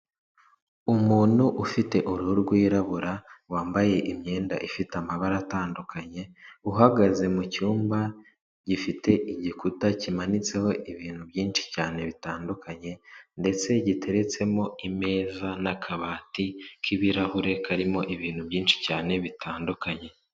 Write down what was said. Umuntu ufite uruhu rwirabura, wambaye imyenda ifite amabara atandukanye, uhagaze mu cyumba gifite igikuta kimanitseho ibintu byinshi cyane bitandukanye ndetse giteretsemo imeza n'akabati k'ibirahure karimo ibintu byinshi cyane bitandukanye.